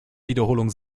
wiederholung